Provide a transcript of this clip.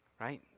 right